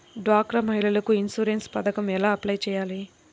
డ్వాక్రా మహిళలకు ఇన్సూరెన్స్ పథకం ఎలా అప్లై చెయ్యాలి?